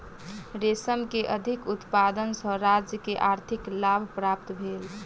रेशम के अधिक उत्पादन सॅ राज्य के आर्थिक लाभ प्राप्त भेल